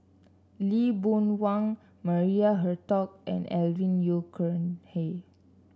Lee Boon Wang Maria Hertogh and Alvin Yeo Khirn Hai